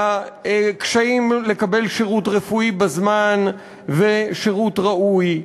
בקשיים לקבל שירות רפואי בזמן ושירות ראוי,